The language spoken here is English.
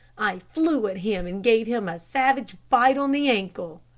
i flew at him and gave him a savage bite on the ankle.